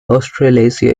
australasia